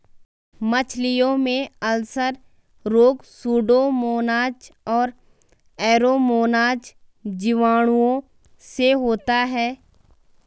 मछलियों में अल्सर रोग सुडोमोनाज और एरोमोनाज जीवाणुओं से होता है